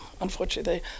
unfortunately